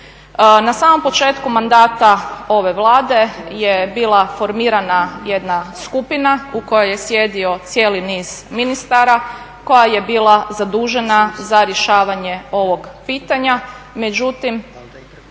Na samom početku mandata ove Vlade je bila formirana jedna skupina u kojoj je sjedio cijeli niz ministara, koja je bila zadužena za rješavanje ovog pitanja,